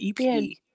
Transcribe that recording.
EP